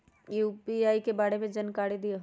UPI के बारे में जानकारी दियौ?